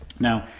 now,